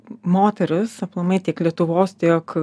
moteris aplamai tiek lietuvos tiek